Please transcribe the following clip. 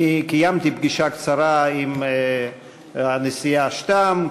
קיימתי פגישה קצרה עם הנשיאה שטאם.